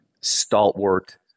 stalwart